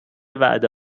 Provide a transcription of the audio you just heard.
وعده